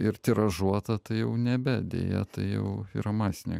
ir tiražuota tai jau nebe deja tai jau yra masinė